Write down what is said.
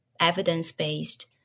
evidence-based